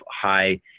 high